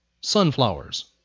Sunflowers